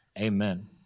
amen